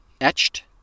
etched